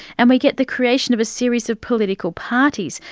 and we get the creation of a series of political parties,